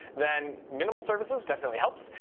then minimal services definitely helps.